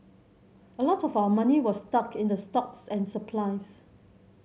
a lot of our money was stuck in the stocks and supplies